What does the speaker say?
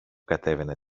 κατέβαινε